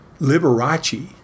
Liberace